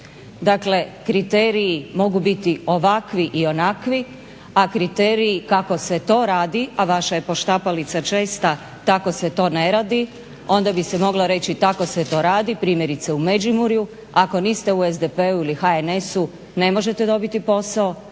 Dakle, kriteriji mogu biti ovakvi i onakvi, a kriteriji kako se to radi, a vaša je poštapalica česta "Tako se to ne radi", onda bi se moglo reći tako se to radi, primjerice u Međimurju. Ako niste u SDP-u ili HNS-u ne možete dobiti posao,